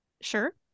Sure